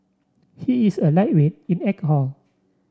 he is a lightweight in alcohol